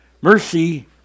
Mercy